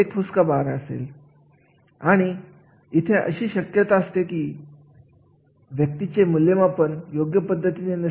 एखाद्या कार्याविषयी शास्त्रशुद्ध पद्धतीने माहिती गोळा करणे यालाच आपण कार्याचे अवलोकन असे म्हणतो